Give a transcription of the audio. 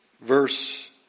Verse